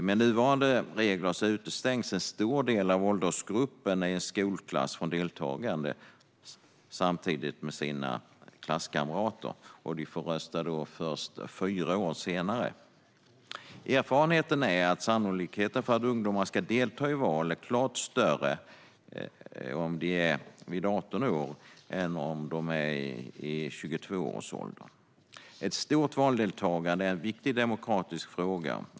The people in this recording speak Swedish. Med nuvarande regler utestängs en stor del av åldersgruppen i en skolklass från deltagande samtidigt med sina klasskamrater, då de får rösta först fyra år senare. Erfarenheten är att sannolikheten för att ungdomar ska delta i val är klart större om de är i 18-årsåldern än om de är i 22-årsåldern. Ett stort valdeltagande är en viktig demokratisk fråga.